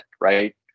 right